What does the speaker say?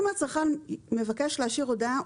אם הצרכן מבקש להשאיר הודעה,